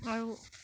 আৰু